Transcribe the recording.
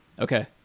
Okay